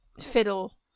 Fiddle